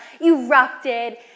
erupted